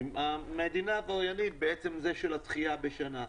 המדינה עבריינית בעצם זה של הדחייה בשנה.